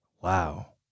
Wow